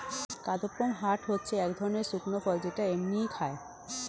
কাদপমহাট হচ্ছে এক ধরণের শুকনো ফল যেটা এমনিই খায়